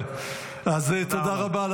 אבל --- תודה רבה.